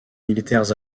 militaires